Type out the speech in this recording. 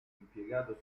impiegato